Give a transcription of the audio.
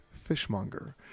fishmonger